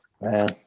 man